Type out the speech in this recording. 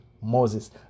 Moses